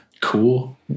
cool